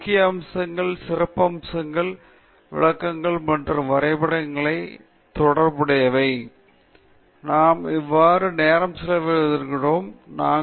எனவே இவை முக்கிய அம்சங்கள் சிறப்பம்சங்கள் விளக்கங்கள் மற்றும் வரைபட வகைகளுடன் தொடர்புடையவை மற்றும் பல்வேறு விதமான வரைபடங்களுக்கிடையில் நீங்கள் எவ்வாறு தேர்ந்தெடுக்க வேண்டும் என்பதை கவனத்தில் கொண்டு நீங்கள் கவனம் செலுத்த வேண்டிய முக்கியமான விவரங்கள்